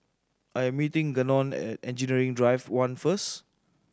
I am meeting Gannon at Engineering Drive One first